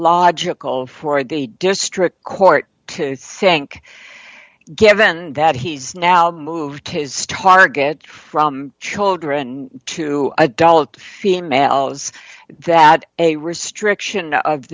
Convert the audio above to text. logical for the district court to sink given that he's now moved his target from children to adult females that a restriction of